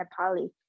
nepali